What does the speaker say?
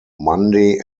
monday